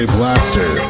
Blaster